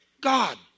God